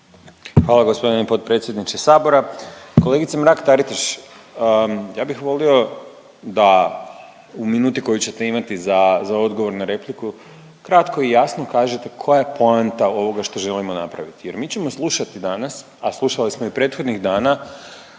Hvala g. potpredsjedniče Sabora. Kolegice Mrak-Taritaš. Ja bih volio da u minuti koju ćete imati za odgovor na repliku kratko i jasno kažete koja je poanta ovoga što želimo napraviti jer mi ćemo slušati danas, a slušali smo i prethodnih dana,